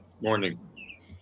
Morning